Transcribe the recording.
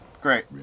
Great